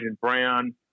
Brown